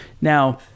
Now